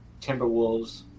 Timberwolves